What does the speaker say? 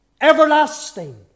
everlasting